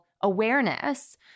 awareness